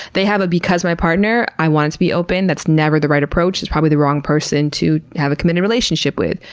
they have a because of my partner, i want it to be open. that's never the right approach. it's probably the wrong person to have a committed relationship with.